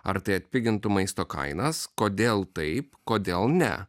ar tai atpigintų maisto kainas kodėl taip kodėl ne